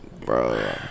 Bro